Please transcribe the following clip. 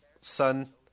son